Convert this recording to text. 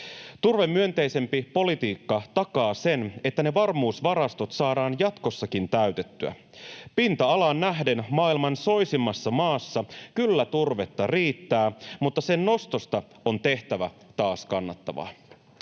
Turvemyönteisempi politiikka takaa sen, että ne varmuusvarastot saadaan jatkossakin täytettyä. Pinta-alaan nähden maailman soisimmassa maassa kyllä turvetta riittää, mutta sen nostosta on tehtävä taas kannattavaa.